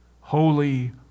Holy